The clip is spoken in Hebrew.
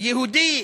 יהודי